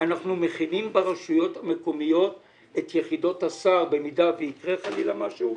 אנחנו מכינים ברשויות המקומיות את יחידות הסעד במקרה וחלילה יקרה משהו,